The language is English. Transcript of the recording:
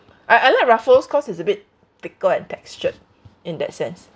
I I like Ruffles cause it's a bit thicker and textured in that sense